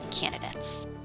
candidates